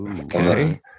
Okay